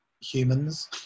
humans